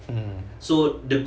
mm